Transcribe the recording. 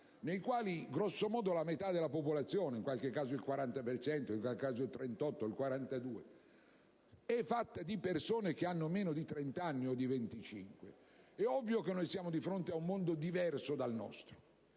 nelle quali grosso modo la metà della popolazione - in qualche caso il 40, in altri il 38 o il 42 per cento - è fatta di persone che hanno meno di 30 anni o di 25, è ovvio che siamo di fronte a un mondo diverso dal nostro.